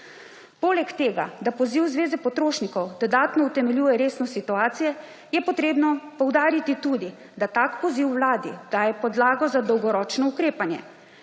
Poleg tega, da poziv Zveze potrošnikov dodatno utemeljuje resnost situacije, je treba poudariti tudi, da tak poziv vladi daje podlago za dolgoročno ukrepanje.